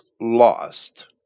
lost